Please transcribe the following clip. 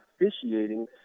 officiating